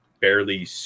barely